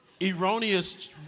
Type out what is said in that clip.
erroneous